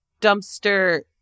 dumpster